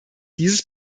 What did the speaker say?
dieses